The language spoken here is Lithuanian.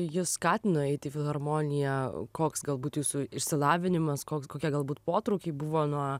jus skatino eiti į filharmoniją koks galbūt jūsų išsilavinimas koks kokie galbūt potraukiai buvo nuo